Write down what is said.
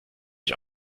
ich